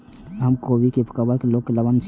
हमर कोबी के फसल में कवक रोग के लक्षण की हय?